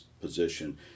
position